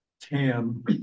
TAM